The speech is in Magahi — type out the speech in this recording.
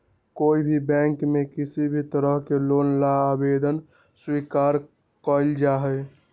कोई भी बैंक में किसी भी तरह के लोन ला आवेदन स्वीकार्य कइल जाहई